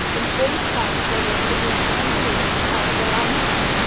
in former times they were seduced and deluded as they are now.